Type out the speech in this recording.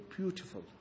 beautiful